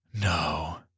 No